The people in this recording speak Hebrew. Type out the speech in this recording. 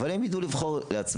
אבל הם ידעו לבחור לעצמם.